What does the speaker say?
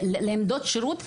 לעמדות שירות,